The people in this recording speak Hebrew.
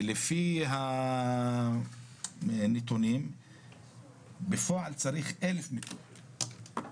ולפי הנתונים בפועל צריך אלף מיטות,